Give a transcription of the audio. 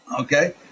okay